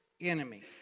enemy